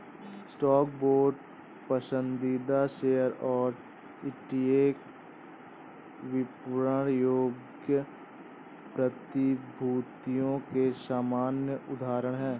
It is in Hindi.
स्टॉक, बांड, पसंदीदा शेयर और ईटीएफ विपणन योग्य प्रतिभूतियों के सामान्य उदाहरण हैं